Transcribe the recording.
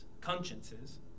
consciences